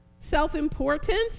self-importance